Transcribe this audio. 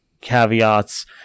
caveats